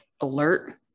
alert